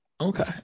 Okay